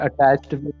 attached